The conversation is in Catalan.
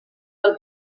del